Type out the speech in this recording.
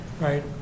right